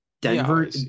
Denver